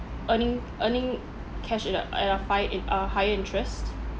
earning earning cash it up at a fi~ at uh higher interest